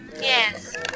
Yes